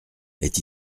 est